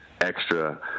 extra